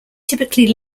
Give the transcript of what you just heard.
typically